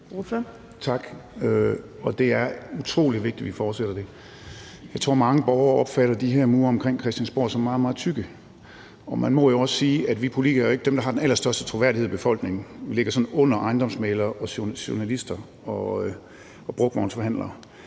Det er utrolig vigtigt, at vi fortsætter med det. Jeg tror, mange borgere opfatter de her mure omkring Christiansborg som meget, meget tykke. Og man må jo også sige, at vi politikere ikke er dem, der har den allerstørste troværdighed i befolkningen – vi ligger sådan under ejendomsmæglere, journalister og brugtvognsforhandlere.